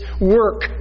work